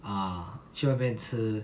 ah 去外面吃